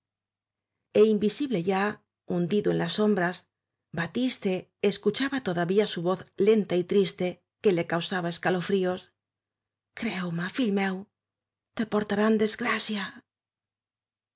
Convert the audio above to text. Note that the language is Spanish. r e invisible ya hundido en las sombras batiste escuchaba todavía su voz lenta y tristeque le causaba escalofríos creume fill meu te portarán desgrasiaf